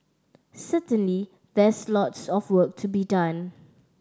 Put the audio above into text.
certainly there's lots of work to be done